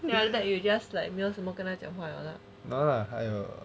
then after that you just like 没有什么跟他讲话 liao lah